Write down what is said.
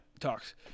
Talks